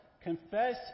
Confess